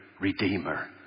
Redeemer